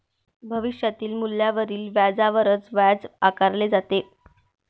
भविष्यातील मूल्यावरील व्याजावरच व्याज आकारले जाते